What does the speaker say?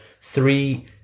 three